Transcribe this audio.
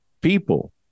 people